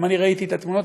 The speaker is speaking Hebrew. גם אני ראיתי את התמונות.